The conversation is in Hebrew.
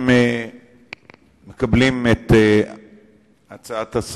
צה"ל,